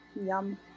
yum